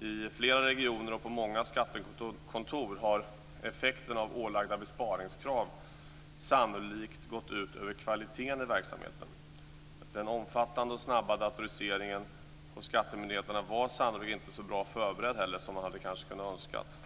I flera regioner och på många skattekontor har effekterna av ålagda besparingskrav sannolikt gått ut över kvaliteten i verksamheten. Den omfattande och snabba datoriseringen hos skattemyndigheterna var sannolikt inte så bra förberedd som man kunde ha önskat.